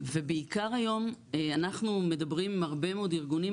ובעיקר היום אנחנו מדברים עם הרבה מאוד ארגונים,